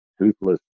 toothless